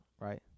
Right